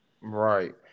Right